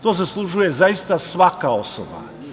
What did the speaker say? To zaslužuje zaista svaka osoba.